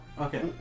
Okay